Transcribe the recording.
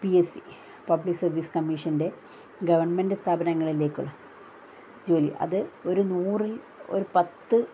PSC public service കമ്മീഷൻ്റെ government സ്ഥാപനങ്ങളിലേക്കുള്ള ജോലി അത് ഒരു നൂറിൽ ഒരു പത്ത്